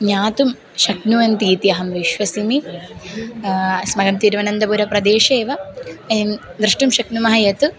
ज्ञातुं शक्नुवन्ति इति अहं विश्वसिमि अस्माकं तिरुवनन्तपुरप्रदेशे एव वयं द्रष्टुं शक्नुमः यत्